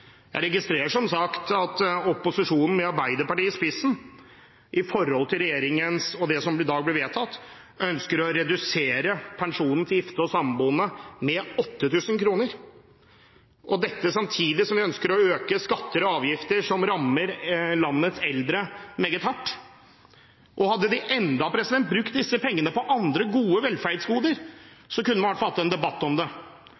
Jeg registrerer som sagt at opposisjonen med Arbeiderpartiet i spissen, i motsetning til regjeringens forslag og det som i dag blir vedtatt, ønsker å redusere pensjonen til gifte og samboende med 8 000 kr, og dette samtidig som de ønsker å øke skatter og avgifter, som rammer landets eldre meget hardt. Hadde de enda brukt disse pengene på andre velferdsgoder så kunne man i hvert fall hatt en debatt om det,